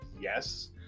yes